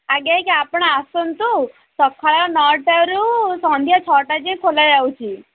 ଆଜ୍ଞା ଆଜ୍ଞା ଆପଣ ଆସନ୍ତୁ ସକାଳ ନଅଟାରୁ ସନ୍ଧ୍ୟା ଛଅଟା ଯାଏ ଖୋଲା ଯାଉଛି